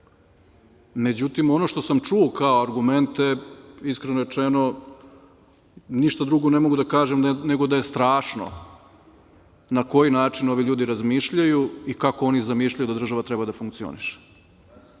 Međutim, ono što sam čuo kao argumente, iskreno rečeno, ništa drugo ne mogu da kažem nego da je strašno na koji način ovi ljudi razmišljaju i kako oni zamišljaju da država treba da funkcioniše.11/3